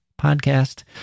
podcast